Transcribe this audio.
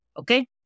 okay